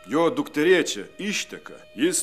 jo dukterėčia išteka jis